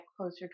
closer